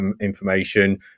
information